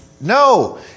No